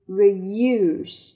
reuse